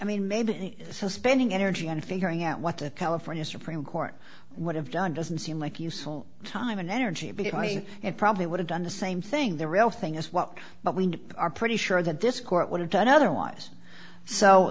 mean maybe spending energy on figuring out what the california supreme court would have done doesn't seem like useful time and energy big money it probably would have done the same thing the real thing as well but we are pretty sure that this court would have done otherwise so